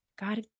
God